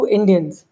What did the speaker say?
Indians